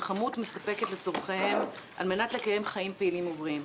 בכמות מספקת לצרכיהם על מנת לקיים חיים פעילים ובריאים".